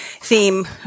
theme